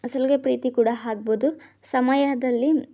ಸಲುಗೆ ಪ್ರೀತಿ ಕೂಡ ಆಗ್ಬೋದು ಸಮಯದಲ್ಲಿ